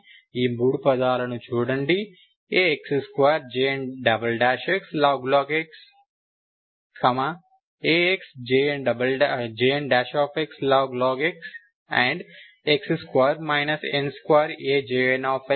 ఈ 3 పదాలను చూడండి Ax2Jnxlog x Ax Jnxlog x AJnxlog⁡